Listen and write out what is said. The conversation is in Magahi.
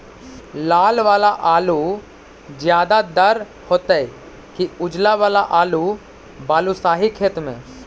लाल वाला आलू ज्यादा दर होतै कि उजला वाला आलू बालुसाही खेत में?